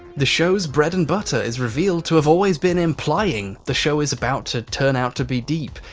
the show's bread and butter is revealed to have always been implying the show is about to turn out to be deep.